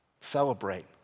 Celebrate